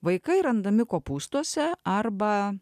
vaikai randami kopūstuose arba